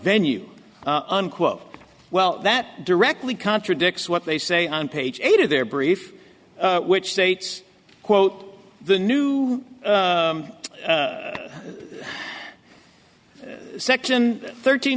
venue unquote well that directly contradicts what they say on page eight of their brief which states quote the new section thirteen